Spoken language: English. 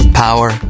Power